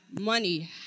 money